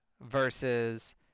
versus